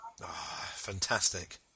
Fantastic